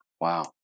Wow